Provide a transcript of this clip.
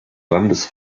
landes